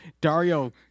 Dario